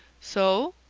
so?